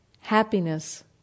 happiness